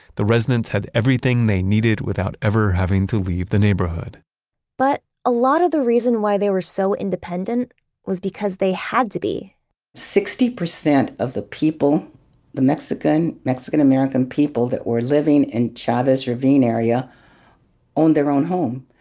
the residents had everything they needed without ever having to leave the neighborhood but a lot of the reason why they were so independent was because they had to be sixty percent of the people the mexican, mexican american people that were living in chavez ravine area owned their own home,